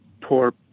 poor